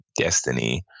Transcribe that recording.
Destiny